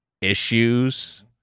issues